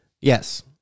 Yes